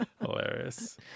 Hilarious